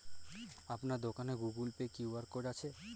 আপনার দোকানে Google Pay QR code আছে?